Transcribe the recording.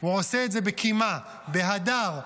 הוא עושה זאת בקימה, בהדר.